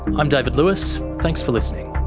i'm david lewis. thanks for listening